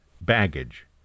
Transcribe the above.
baggage